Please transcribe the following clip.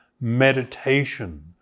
meditation